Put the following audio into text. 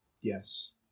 yes